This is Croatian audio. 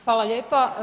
Hvala lijepa.